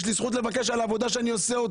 יש לי זכות לבקש העלאה על העבודה שאני עושה,